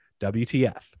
WTF